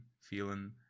feeling